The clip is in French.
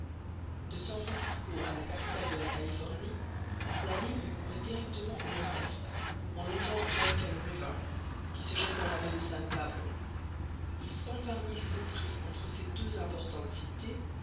de san francisco à la capitale de la californie la ligne courait directement au nord-est en longeant american river qui se jette dans la baie de san pablo les cent vingt milles compris entre ces deux importantes cités